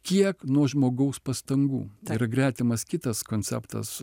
kiek nuo žmogaus pastangų yra gretimas kitas konceptas